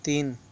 तीन